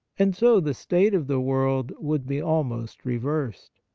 and so the state of the world would be almost reversed.